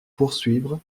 poursuivre